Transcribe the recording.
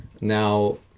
Now